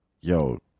yo